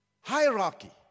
hierarchy